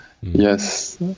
Yes